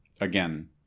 again